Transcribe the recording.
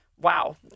Wow